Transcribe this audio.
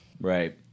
Right